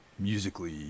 musically